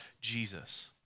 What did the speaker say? Jesus